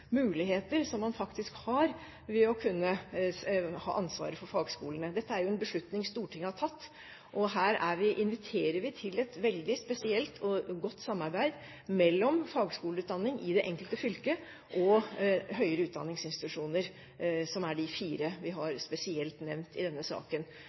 muligheter – som man faktisk har – til å kunne ha ansvaret for fagskolene. Dette er jo en beslutning Stortinget har tatt. Her inviterer vi til et veldig spesielt og godt samarbeid mellom fagskoleutdanningen i det enkelte fylket og høyere utdanningsinstitusjoner, som er de fire vi har nevnt spesielt i denne saken.